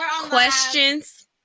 questions